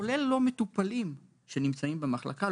כולל לא מטופלים שנמצאים במחלקה,